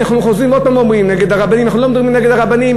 אנחנו חוזרים עוד פעם ואומרים: אנחנו לא מדברים נגד הרבנים,